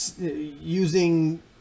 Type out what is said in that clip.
using